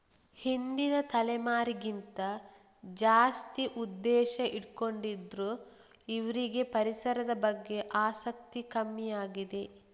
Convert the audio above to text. ಹಿಂದಿನ ತಲೆಮಾರಿಗಿಂತ ಜಾಸ್ತಿ ಉದ್ದೇಶ ಇಟ್ಕೊಂಡಿದ್ರು ಇವ್ರಿಗೆ ಪರಿಸರದ ಬಗ್ಗೆ ಆಸಕ್ತಿ ಕಮ್ಮಿ ಆಗಿದೆ